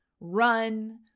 run